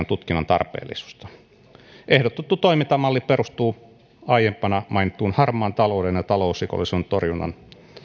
tutkinnan tarpeellisuudesta ehdotettu toimintamalli perustuu aiempana mainittuun harmaan talouden ja talousrikollisuuden torjunnan